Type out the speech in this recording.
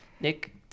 Nick